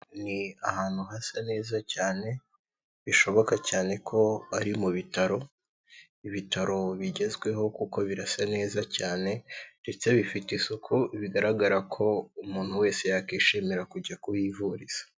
Ni ahantu hasa neza cyane, bishoboka cyane ko ari mu bitaro, ibitaro bigezweho kuko birasa neza cyane ndetse bifite isuku, bigaragara ko umuntu wese yakwishimira kujya kuhivuriza.